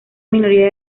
minoría